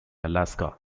alaska